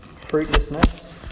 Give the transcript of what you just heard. fruitlessness